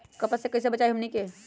कपस से कईसे बचब बताई हमनी के?